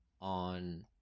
on